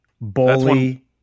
bully